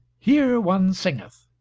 here one singeth